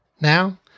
Now